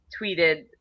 tweeted